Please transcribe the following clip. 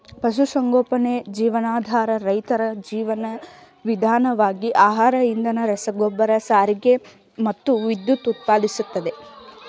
ಪಶುಸಂಗೋಪನೆ ಜೀವನಾಧಾರ ರೈತರ ಜೀವನ ವಿಧಾನವಾಗಿ ಆಹಾರ ಇಂಧನ ರಸಗೊಬ್ಬರ ಸಾರಿಗೆ ಮತ್ತು ವಿದ್ಯುತ್ ಉತ್ಪಾದಿಸ್ತದೆ